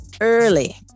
early